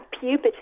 puberty